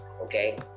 okay